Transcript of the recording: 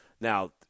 Now